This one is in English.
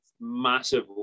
massive